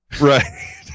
Right